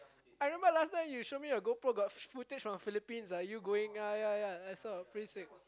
I remember last time you show me your GoPro got footage from Philippines are you going ya ya I saw pretty sick